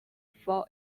for